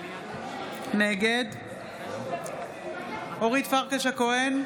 נגד אורית פרקש הכהן,